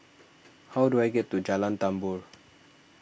how do I get to Jalan Tambur